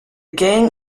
gang